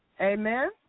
Amen